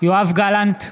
יואב גלנט,